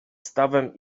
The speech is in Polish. stawem